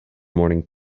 morning